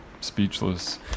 speechless